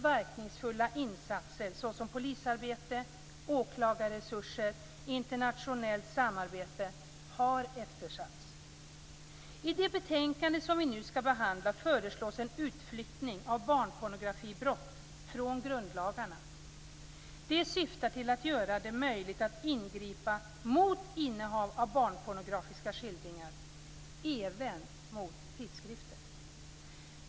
Verkningsfulla insatser såsom polisarbete, åklagarresurser och internationellt samarbete har eftersatts. I det betänkande som vi nu skall behandla föreslås en utflyttning av barnpornografibrott från grundlagarna. Det syftar till att göra det möjligt att ingripa mot innehav av barnpornografiska skildringar, även mot tidskrifter.